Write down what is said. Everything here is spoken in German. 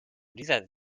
dieser